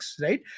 right